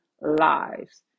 lives